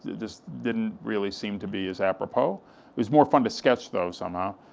just didn't really seem to be as apropos. it was more fun to sketch though, somehow.